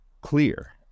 clear